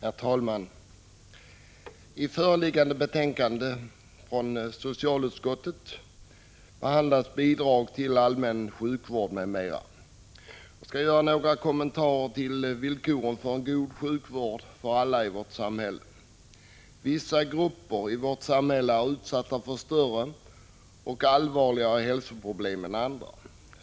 Herr talman! I föreliggande betänkande från socialutskottet behandlas bidrag till allmän sjukvård m.m. Jag skall göra några kommentarer till villkoren för en god sjukvård för alla i vårt samhälle. Vissa grupper i vårt samhälle är utsatta för större och allvarligare hälsoproblem än andra.